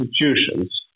institutions